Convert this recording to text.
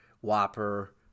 whopper